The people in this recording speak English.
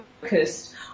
focused